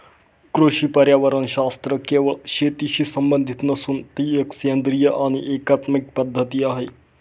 कृषी पर्यावरणशास्त्र केवळ शेतीशी संबंधित नसून ती एक सेंद्रिय आणि एकात्मिक पद्धत आहे